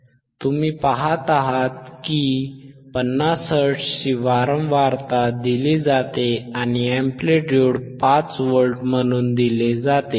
तुम्ही पहात आहात की 50 हर्ट्झची वारंवारता दिली जाते आणि एंप्लिट्युड 5 व्होल्ट म्हणून दिले जाते